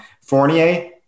Fournier